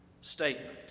statement